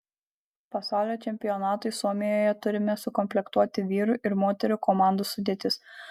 pasaulio čempionatui suomijoje turime sukomplektuoti vyrų ir moterų komandų sudėtis